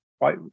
right